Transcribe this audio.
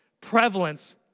prevalence